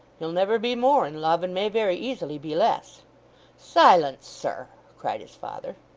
he'll never be more in love, and may very easily be less silence, sir cried his father.